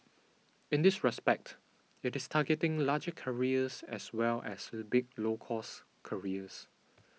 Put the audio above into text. in this respect it is targeting larger carriers as well as big low cost carriers